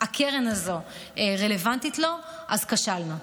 הקרן הזו רלוונטית לו, אז כשלנו.